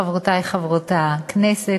חברותי חברות הכנסת,